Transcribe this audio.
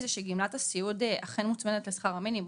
גמלת הסיעוד אכן מוצמדת לשכר המינימום,